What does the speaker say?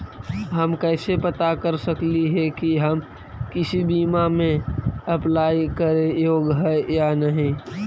हम कैसे पता कर सकली हे की हम किसी बीमा में अप्लाई करे योग्य है या नही?